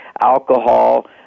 alcohol